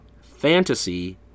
fantasy